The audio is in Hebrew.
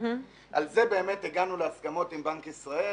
על זה באמת הגענו להסכמות עם בנק ישראל